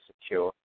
secure